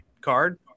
card